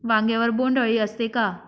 वांग्यावर बोंडअळी असते का?